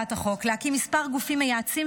בהצעת החוק מוצע להקים כמה גופים מייעצים